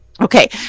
Okay